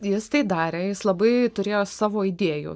jis tai darė jis labai turėjo savo idėjų